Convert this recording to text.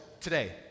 today